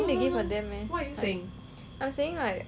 I am saying like err even if I am here